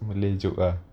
malay joke ah